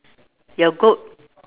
your goat